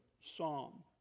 psalm